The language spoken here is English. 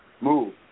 move